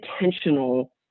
intentional